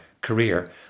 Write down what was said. career